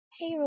Hey